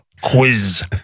quiz